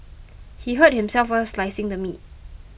he hurt himself while slicing the meat